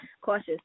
cautious